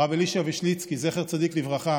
הרב אלישע וישליצקי, זכר צדיק לברכה,